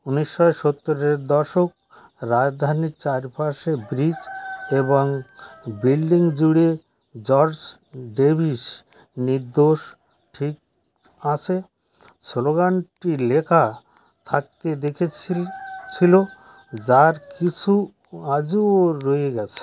উনিশশো সত্তরের দশক রাজধানীর চারপাশে ব্রিজ এবং বিল্ডিং জুড়ে জর্জ ডেভিস নির্দোষ ঠিক আছে স্লোগানটি লেখা থাকতে দেখেছি ছিল যার কিছু আজও রয়ে গিয়েছে